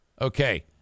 Okay